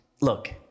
look